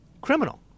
criminal